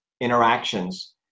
interactions